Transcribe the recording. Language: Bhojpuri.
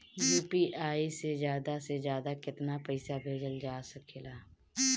यू.पी.आई से ज्यादा से ज्यादा केतना पईसा भेजल जा सकेला?